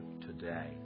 today